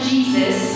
Jesus